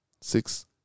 six